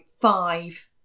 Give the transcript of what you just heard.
Five